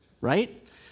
Right